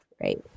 right